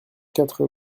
quatre